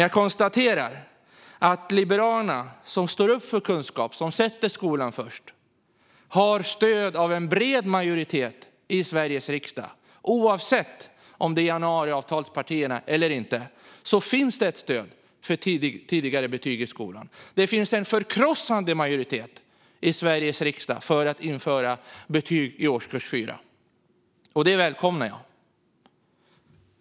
Jag konstaterar dock att Liberalerna, som står upp för kunskap och sätter skolan först, har stöd av en bred majoritet i Sveriges riksdag. Oavsett om det gäller januariavtalspartierna eller andra finns det ett stöd för tidigare betyg i skolan. Det finns en förkrossande majoritet i Sveriges riksdag för att införa betyg från årskurs 4, och det välkomnar jag.